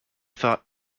thought